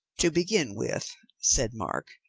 to begin with, said mark,